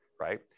right